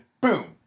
Boom